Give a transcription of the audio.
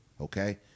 okay